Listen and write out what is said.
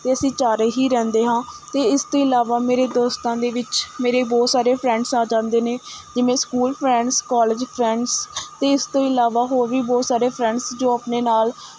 ਅਤੇ ਅਸੀਂ ਚਾਰੇ ਹੀ ਰਹਿੰਦੇ ਹਾਂ ਅਤੇ ਇਸ ਤੋਂ ਇਲਾਵਾ ਮੇਰੇ ਦੋਸਤਾਂ ਦੇ ਵਿੱਚ ਮੇਰੇ ਬਹੁਤ ਸਾਰੇ ਫਰੈਂਡਸ ਆ ਜਾਂਦੇ ਨੇ ਜਿਵੇਂ ਸਕੂਲ ਫਰੈਂਡਸ ਕੋਲਜ ਫਰੈਂਡਸ ਅਤੇ ਇਸ ਤੋਂ ਇਲਾਵਾ ਹੋਰ ਵੀ ਬਹੁਤ ਸਾਰੇ ਫਰੈਂਡਸ ਜੋ ਆਪਣੇ ਨਾਲ਼